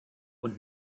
und